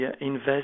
invest